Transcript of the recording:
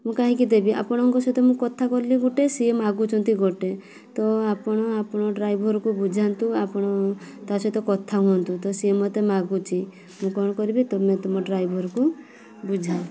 ମୁଁ କାହିଁକି ଦେବି ଆପଣଙ୍କ ସହିତ ମୁଁ କଥା କଲି ଗୋଟେ ସେ ମାଗୁଛନ୍ତି ଗୋଟେ ତ ଆପଣ ଆପଣଙ୍କର ଡ୍ରାଇଭର୍କୁ ବୁଝାନ୍ତୁ ଆପଣ ତା' ସହିତ କଥା ହୁଅନ୍ତୁ ତ ସେ ମୋତେ ମାଗୁଛି ମୁଁ କ'ଣ କରିବି ତୁମେ ତୁମ ଡ୍ରାଇଭର୍କୁ ବୁଝାଅ